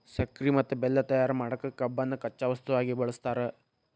ಸಕ್ಕರಿ ಮತ್ತ ಬೆಲ್ಲ ತಯಾರ್ ಮಾಡಕ್ ಕಬ್ಬನ್ನ ಕಚ್ಚಾ ವಸ್ತುವಾಗಿ ಬಳಸ್ತಾರ